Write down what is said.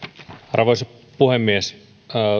arvoisa puhemies